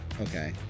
okay